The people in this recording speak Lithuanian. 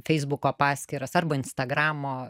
feisbuko paskyras arba instagramo